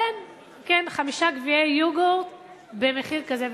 כן כן, חמישה גביעי יוגורט במחיר כזה וכזה.